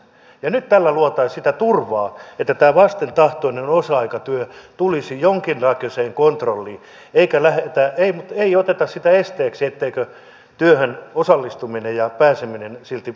nyt tällä luotaisiin sitä turvaa että tämä vastentahtoinen osa aikatyö tulisi jonkinnäköiseen kontrolliin eikä oteta sitä esteeksi etteikö työhön osallistuminen ja pääseminen silti helpottuisi